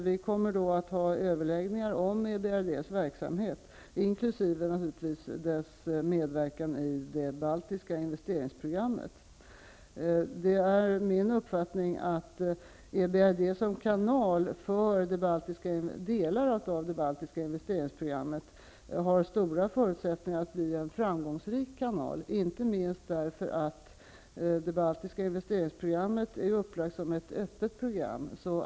Vi kommer då att ha överläggningar om Det är min uppfattning att EBRD som kanal för delar av det baltiska investeringsprogrammet har stora förutsättningar att bli framgångsrikt, inte minst därför att det baltiska investeringsprogrammet är upplagt som ett öppet program.